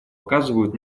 оказывают